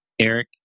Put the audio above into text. eric